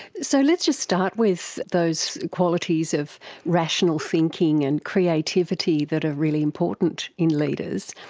so let's just start with those qualities of rational thinking and creativity that are really important in leaders.